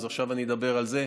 עכשיו אני אדבר על זה.